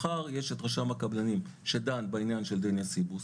מחר יש את רשם הקבלנים שדן בעניין של דניה סיבוס,